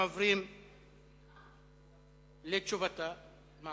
אנחנו עוברים לתשובתה של סגנית השר.